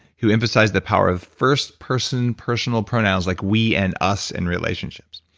who emphasized the power of first person personal pronouns like we and us in relationships,